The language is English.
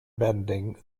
bending